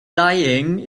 lying